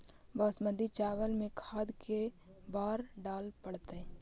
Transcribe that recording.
बासमती चावल में खाद के बार डाले पड़तै?